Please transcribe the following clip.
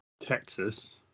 Texas